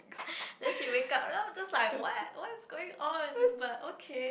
then she wakes up lah because like what what's going on but okay